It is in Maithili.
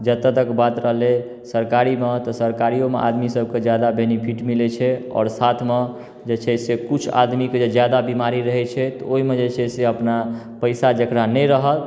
जतऽ तक बात रहलै सरकारीमे तऽ सरकारिओमे आदमी सबके जादा बेनिफिट मिलै छै आओर साथमे जे छै से किछु आदमी के जादा बीमारी रहै छै तऽ ओहिमे जे छै अपना पैसा जेकरा नहि रहल